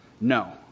No